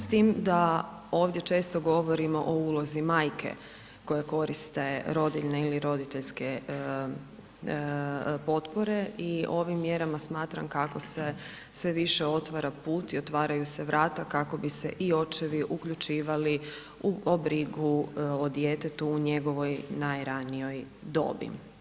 S tim da ovdje često govorimo o ulozi majke koje koriste rodiljne ili roditeljske potpore i ovim mjerama smatram kako se sve više otvara put i otvaraju se vrata kako bi se i očevi uključivali u brigu o djetetu u njegovoj najranijoj dobi.